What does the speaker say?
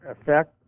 effect